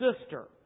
sister